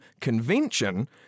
convention